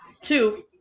Two